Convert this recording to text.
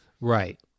Right